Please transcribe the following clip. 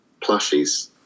plushies